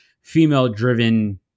female-driven